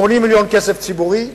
80 מיליון כסף ציבורי,